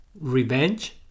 revenge